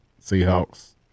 Seahawks